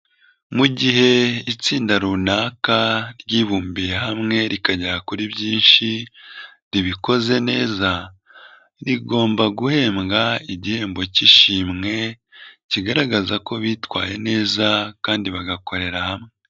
Mu gihe itsinda runaka ryibumbiye hamwe rikagera kuri byinshi ribikoze neza, rigomba guhembwa igihembo k'ishimwe kigaragaza ko bitwaye neza kandi bagakorera hamwe.